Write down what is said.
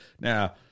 Now